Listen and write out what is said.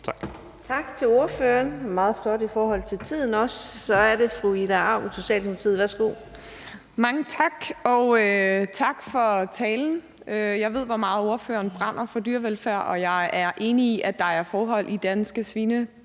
Tak til ordføreren. Det var også meget flot i forhold til tiden. Så er det fru Ida Auken, Socialdemokratiet. Værsgo. Kl. 15:02 Ida Auken (S): Mange tak, og tak for talen. Jeg ved, hvor meget ordføreren brænder for dyrevelfærd, og jeg er enig i, at der er forhold i danske